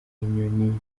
inyoni